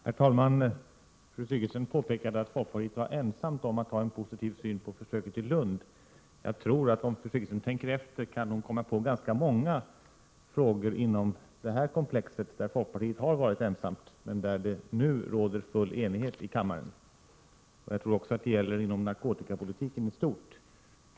Herr talman! Fru Sigurdsen påpekade att folkpartiet varit ensamt om att ha en positiv syn på försöket i Lund. Jag tror att om fru Sigurdsen tänker efter kan hon komma på ganska många frågor inom det här komplexet där folkpartiet har varit ensamt, men där det nu råder full enighet i kammaren. Jag tror att det också gäller inom narkotikapolitiken i stort.